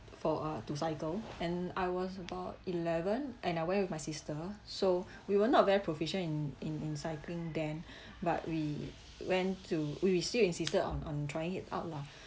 for uh to cycle and I was about eleven and I went with my sister so we were not very proficient in in in cycling then but we went to we we still insisted on on trying it out lah